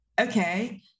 okay